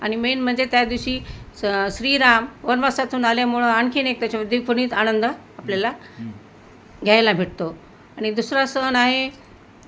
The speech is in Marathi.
आणि मेन म्हणजे त्या दिवशी स श्रीराम वनवासातून आल्यामुळं आणखीन एक त्याच्या आनंद आपल्याला घ्यायला भेटतो आणि दुसरा सण आहे